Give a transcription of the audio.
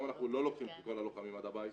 היום אנחנו לא לוקחים את כל הלוחמים עד הבית.